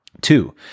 Two